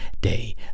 day